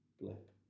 blip